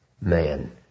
man